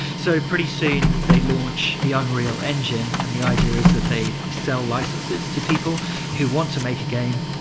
so pretty soon they launch the unreal engine and the idea is that they sell licenses to people who want to make a game